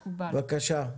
בבקשה.